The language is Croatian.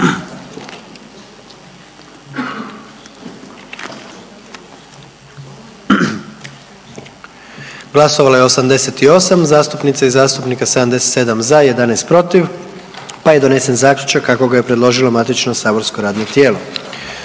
Glasovalo je 88 zastupnica i zastupnika, 77 za, 11 protiv, pa je donesen Zaključak kako ga je predložilo matično saborsko radno tijelo.